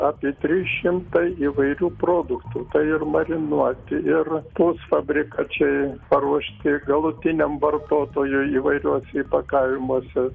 apie trys šimtai įvairių produktų tai ir marinuoti ir pusfabrikačiai paruošti galutiniam vartotojui įvairiuose įpakavimuose